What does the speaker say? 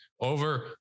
Over